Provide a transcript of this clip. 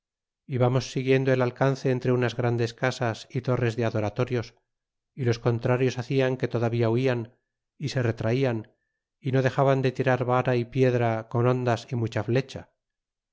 vamos siguiendo el alcance entre unas grandes casas y torres de adoratorios y los contrarios hacian que todavía huían e se re traian e no dexaban de tirar vara y piedra con hondas y mucha flecha